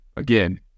Again